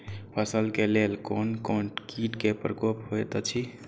फसल के लेल कोन कोन किट के प्रकोप होयत अछि?